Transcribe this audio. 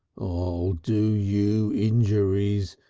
i'll do you injuries.